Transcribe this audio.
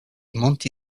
monti